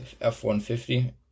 F-150